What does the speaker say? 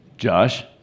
Josh